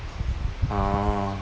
uh